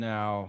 Now